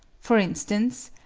for instance,